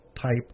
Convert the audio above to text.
type